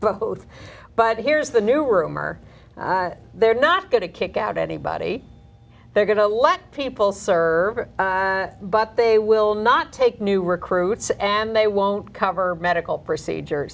both but here's the new rumor they're not going to kick out anybody they're going to let people serve it but they will not take new recruits and they won't cover medical procedure